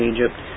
Egypt